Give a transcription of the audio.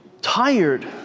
tired